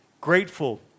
grateful